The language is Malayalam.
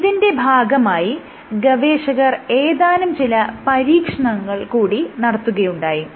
ഇതിന്റെ ഭാഗമായി ഗവേഷകർ ഏതാനും ചില പരീക്ഷണങ്ങൾ കൂടി നടത്തുകയുണ്ടായി